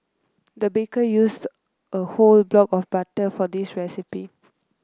the baker used a whole block of butter for this recipe